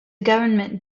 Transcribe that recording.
government